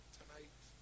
tonight